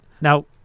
Now